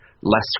less